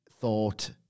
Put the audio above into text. thought